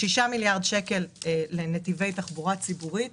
שישה מיליארד שקל הולכים לנתיבי תחבורה ציבורית.